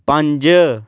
ਪੰਜ